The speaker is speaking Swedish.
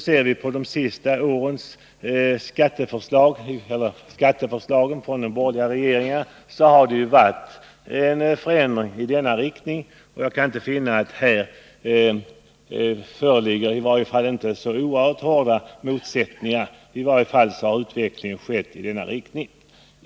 Ser vi på skatteförslagen från de borgerliga regeringarna, så finner vi att det har varit en sådan trend, och jag kan inte se att det här föreligger så oerhört hårda motsättningar. I varje fall har utvecklingen gått i den riktning socialdemokraterna nu kräver.